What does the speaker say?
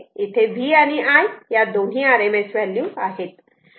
इथे V आणि I या दोन्ही RMS व्हॅल्यू आहे